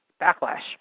Backlash